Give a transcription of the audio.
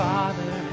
Father